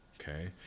Okay